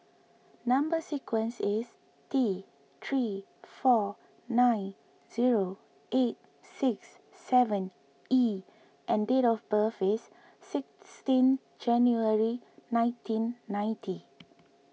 Number Sequence is T three four nine zero eight six seven E and date of birth is sixteenth January nineteen ninety